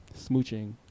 smooching